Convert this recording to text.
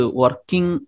working